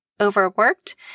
overworked